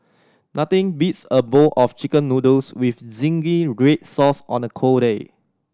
nothing beats a bowl of Chicken Noodles with zingy red sauce on a cold day